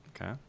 Okay